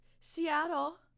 Seattle